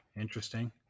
Interesting